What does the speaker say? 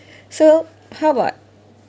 so how about